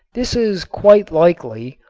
this is quite likely,